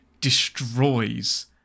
destroys